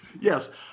Yes